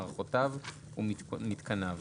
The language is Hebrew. מערכותיו ומתקניו.